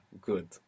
Good